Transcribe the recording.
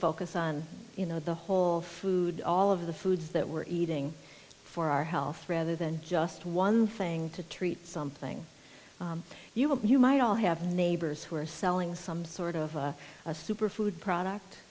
focus on you know the whole food all of the foods that were eating for our health rather than just one thing to treat something you have you might all have neighbors who are selling some sort of a super food product